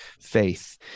faith